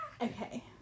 okay